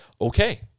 okay